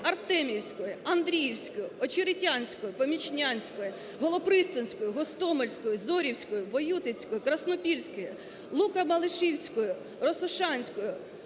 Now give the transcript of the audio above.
Артемівської, Андріївської, Очеретянської, Помічнянської, Голопристанської, Гостомельської, Зорівської, Воютицької, Краснопільської, Лука-Мелешківської, Росошанської,